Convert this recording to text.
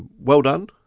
well done.